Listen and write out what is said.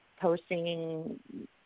posting